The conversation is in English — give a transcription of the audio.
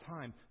time